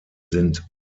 sind